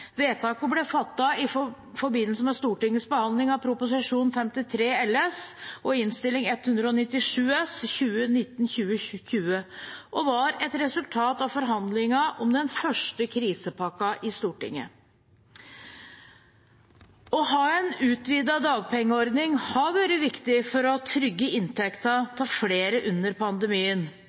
Vedtaket ble fattet i forbindelse med Stortingets behandling av Prop. 53 LS for 2019–2020 og Innst. 197 S for 2019–2020 og var et resultat av forhandlingene om den første krisepakken i Stortinget. Å ha en utvidet dagpengeordning har vært viktig for å trygge inntekten til flere under pandemien.